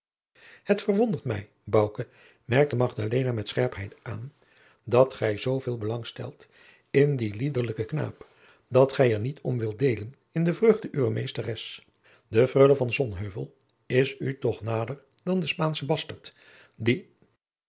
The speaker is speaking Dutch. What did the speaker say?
het verwondert mij bouke merkte magdalena met scherpheid aan dat gij zooveel belang stelt in dien liederlijken knaap dat gij er niet om wilt deelen in de vreugde uwer meesteres de freule van sonheuvel is u toch nader dan de spaansche bastert die